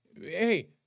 Hey